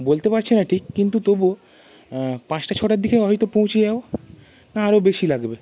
বলতে পারছি না ঠিক কিন্তু তবুও পাঁচটা ছটার দিকে হয়তো পৌঁছে যাব না আরো বেশি লাগবে